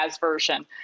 version